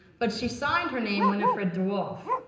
but she signed her name winifred dewolfe.